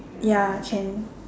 ya can